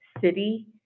city